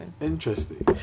Interesting